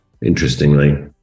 Interestingly